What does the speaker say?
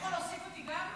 אתה יכול להוסיף גם אותי?